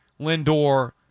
Lindor